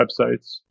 websites